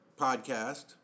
podcast